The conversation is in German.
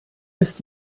ist